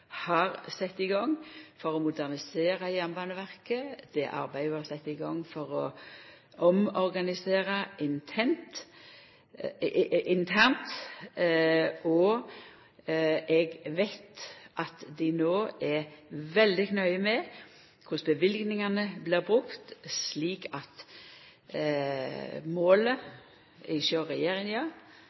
har sett i gang for å modernisera Jernbaneverket og arbeidet ho har sett i gang for å omorganisera internt. Eg veit at dei no er veldig nøye med korleis løyvingane blir brukte, slik at målet til regjeringa, at toga skal vera i